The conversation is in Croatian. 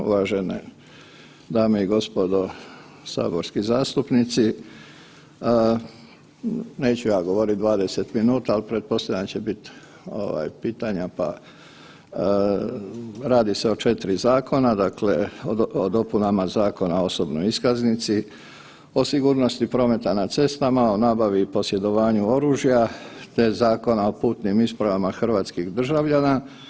Uvažene dame i gospodo saborski zastupnici, neću ja govorit 20 minuta ali pretpostavljam da će biti ovaj pitanja, pa radi se o 4 zakona, dakle o dopunama Zakona o osobnoj iskaznici, o sigurnosti prometa na cestama, o nabavi i posjedovanju oružja te Zakona o putnim ispravama hrvatskih državljana.